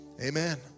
amen